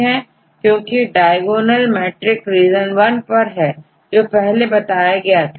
क्योंकि diagonal matrix region one पर है जो पहले बताया गया है